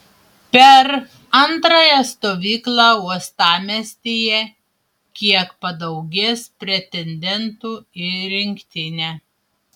per antrąją stovyklą uostamiestyje kiek padaugės pretendentų į rinktinę